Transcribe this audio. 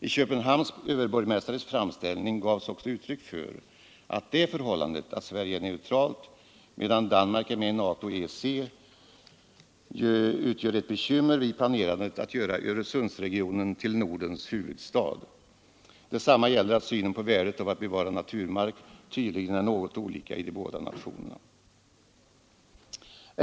I Köpenhamns överborgmästares framställning gavs också uttryck för att det förhållandet att Sverige är neutralt medan Danmark är med i NATO och EEC utgör ett bekymmer när man planerar att göra Öresundsregionen till Nordens huvudstad. Synen på värdet av att bevara naturmark är tydligen också något olika i de båda nationerna.